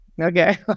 okay